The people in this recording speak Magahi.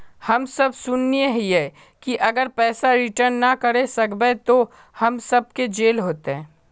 हम सब सुनैय हिये की अगर पैसा रिटर्न ना करे सकबे तो हम सब के जेल होते?